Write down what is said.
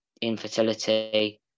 infertility